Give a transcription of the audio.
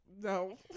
No